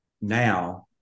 now